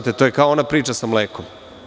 To je kao ona priča sa mlekom.